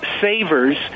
savers